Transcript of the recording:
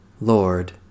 Lord